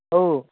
ꯑꯧ